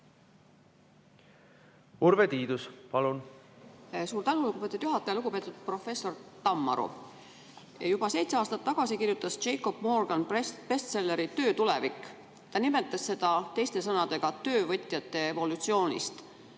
Urve Tiidus, palun!